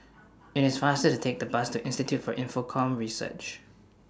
IT IS faster to Take The Bus to Institute For Infocomm Research